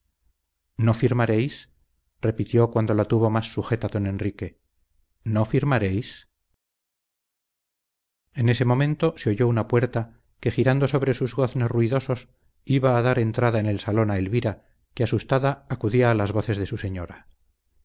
no firmaréis repitió cuando la tuvo más sujeta don enrique no firmaréis en este momento se oyó una puerta que girando sobre sus goznes ruidosos iba a dar entrada en el salón a elvira que asustada acudía a las voces de su señora